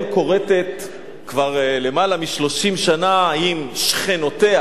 כורתת כבר למעלה מ-30 שנה עם שכנותיה,